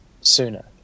sooner